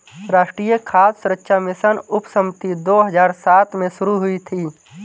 राष्ट्रीय खाद्य सुरक्षा मिशन उपसमिति दो हजार सात में शुरू हुई थी